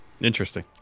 Interesting